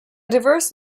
diverse